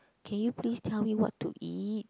can you please tell me what to eat